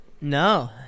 No